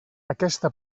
aquesta